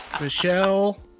Michelle